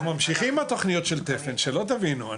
אנחנו ממשיכים עם התוכניות של תפן, שלא תבינו.